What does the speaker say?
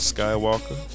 Skywalker